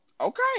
Okay